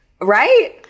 right